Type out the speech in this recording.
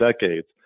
decades